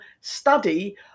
study